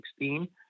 2016